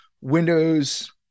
Windows